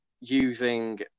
using